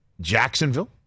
Jacksonville